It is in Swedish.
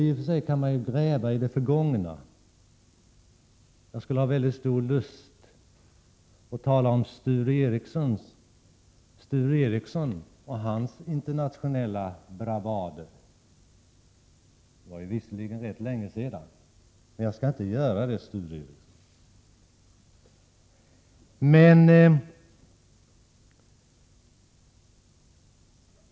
I och för sig kan man gräva i det förgångna — jag skulle också ha stor lust att tala om Sture Ericson och hans internationella bravader, men det var länge sedan, och jag skall inte göra det.